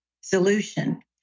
solution